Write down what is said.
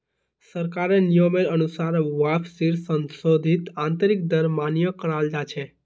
सरकारेर नियमेर अनुसार वापसीर संशोधित आंतरिक दर मान्य कराल जा छे